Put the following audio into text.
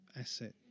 asset